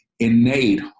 Innate